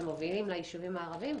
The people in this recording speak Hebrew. שמובילים ליישובים הערביים,